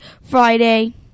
Friday